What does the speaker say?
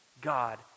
God